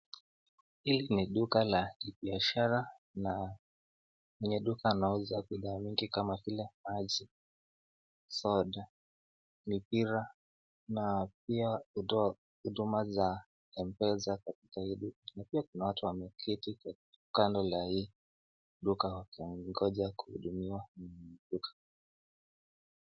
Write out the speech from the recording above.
Hili ni duka la kibiashara na ni duka lauza bidhaa nyingi kama vile maji, soda, mipira na pia kutoa huduma za Mpesa katika hii duka na pia kuna watu wameketi kando la hii duka wakingoja kuhudumiwa na mwenye duka.